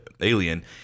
alien